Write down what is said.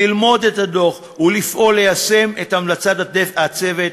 ללמוד את הדוח ולפעול ליישום המלצות הצוות.